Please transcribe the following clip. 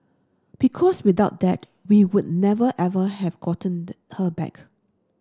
because without that we would never ever have gotten the her back